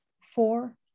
four